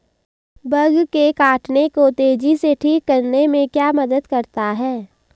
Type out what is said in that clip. Bug के काटने को तेजी से ठीक करने में क्या मदद करता है?